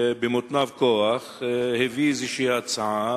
שבמותניו כוח הביא איזו הצעה